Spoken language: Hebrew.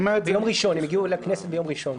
הן הגיעו לכנסת ביום ראשון.